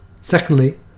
Secondly